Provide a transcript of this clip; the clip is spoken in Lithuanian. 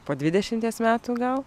po dvidešimies metų gal